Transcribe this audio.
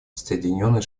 соединенные